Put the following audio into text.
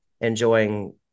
enjoying